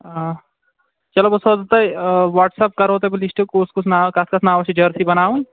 آ چلو بہٕ سوزہو تۄہہِ واٹٔس اَیپ کرہو بہٕ تۄہہِ لِسٹہٕ کُس کُس ناو کتھ کتھ ناوَس چھِ جٔرسی بَناوٕنۍ